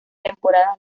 temporada